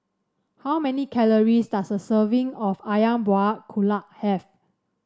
how many calories does a serving of ayam Buah Keluak have